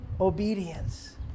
obedience